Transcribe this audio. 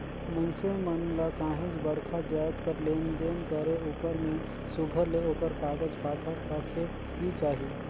मइनसे मन ल काहींच बड़खा जाएत कर लेन देन करे उपर में सुग्घर ले ओकर कागज पाथर रखेक ही चाही